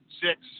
six